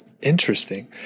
Interesting